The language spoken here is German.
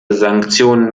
sanktionen